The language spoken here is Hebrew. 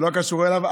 זה לא קשור אליו.